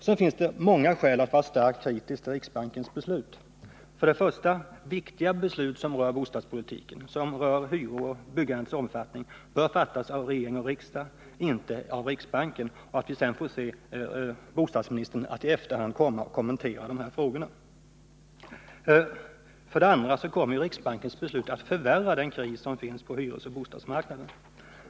Sedan finns det många skäl till att vara starkt kritisk mot riksbankens beslut. För det första: Viktiga beslut som rör bostadspolitiken, som rör hyror, byggandets omfattning osv., bör fattas av regering och riksdag och inte av riksbanken, där sedan bostadsministern i efterhand kommenterar frågorna. För det andra kommer riksbankens beslut att förvärra krisen på hyresoch bostadsmarknaden.